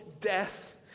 death